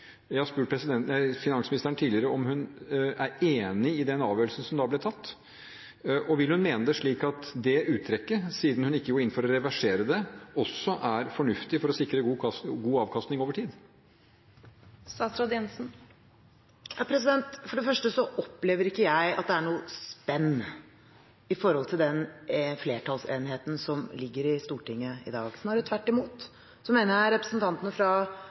Jeg har spurt finansministeren tidligere om hun er enig i den avgjørelsen som da ble tatt. Vil hun mene at det uttrekket, siden hun gikk inn for å reversere det, også er fornuftig for å sikre god avkastning over tid? For det første opplever ikke jeg at det er noe spenn i forhold til den flertallsenigheten som ligger i Stortinget i dag. Snarere tvert imot mener jeg representantene fra